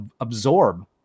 absorb